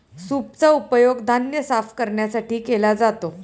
सूपचा उपयोग धान्य साफ करण्यासाठी केला जातो